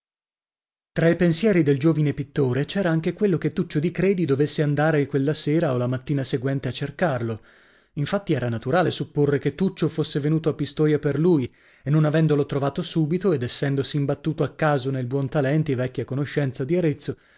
tra i pensieri del giovine pittore c'era anche quello che tuccio di credi dovesse andare quella sera o la mattina seguente a cercarlo infatti era naturale supporre che tuccio fosse venuto a pistoia per lui e non avendolo trovato subito ed essendosi imbattuto a caso nel buontalenti vecchia conoscenza di arezzo